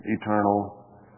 eternal